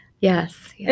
yes